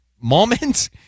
moment